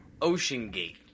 Oceangate